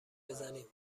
بزنیم